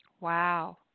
Wow